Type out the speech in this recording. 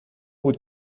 بود